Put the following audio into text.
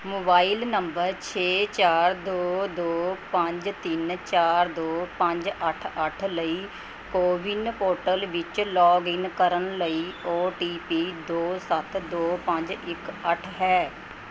mobile number ਛੇ ਚਾਰ ਦੋ ਦੋ ਪੰਜ ਤਿੰਨ ਚਾਰ ਦੋ ਪੰਜ ਅੱਠ ਅੱਠ ਲਈ ਕੋਵਿਨ ਪੋਰਟਲ ਵਿੱਚ ਲੌਗਇਨ ਕਰਨ ਲਈ ਓ ਟੀ ਪੀ ਦੋ ਸੱਤ ਦੋ ਪੰਜ ਇੱਕ ਅੱਠ ਹੈ